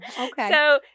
okay